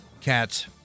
Cats